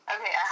Okay